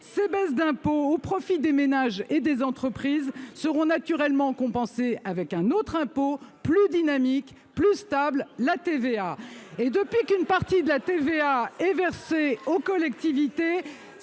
Ces baisses d'impôts au profit des ménages et des entreprises seront naturellement compensées par un autre impôt plus dynamique et plus stable : la TVA. Depuis qu'une partie de la TVA est versée aux collectivités,